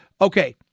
okay